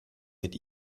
mit